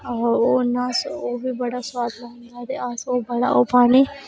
ओह् इन्ना ओह् बड़ा सुआदला होंदा ते अस ओह् गल्ला ओह् पानी